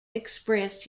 expressed